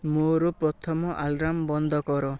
ମୋର ପ୍ରଥମ ଆଲାର୍ମ ବନ୍ଦ କର